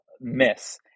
miss